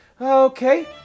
Okay